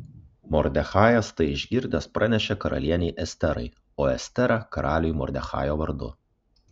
mordechajas tai išgirdęs pranešė karalienei esterai o estera karaliui mordechajo vardu